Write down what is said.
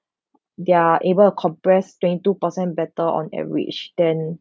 they are able to compress twenty-two-per cent better on average than